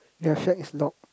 their fat is log